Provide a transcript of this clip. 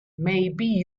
maybe